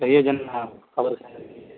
چیے ج کبر س